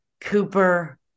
Cooper